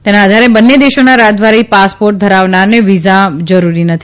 તેના આધારે બંને દેશોના રાજદ્વારી પાસપોર્ટ ધારવનારને વિઝા જરૂરી નથી